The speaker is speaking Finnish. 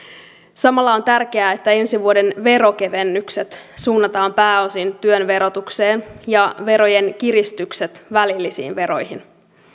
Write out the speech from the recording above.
samalla on tärkeää että ensi vuoden veronkevennykset suunnataan pääosin työn verotukseen ja verojen kiristykset välillisiin veroihin